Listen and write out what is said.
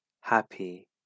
happy